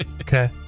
Okay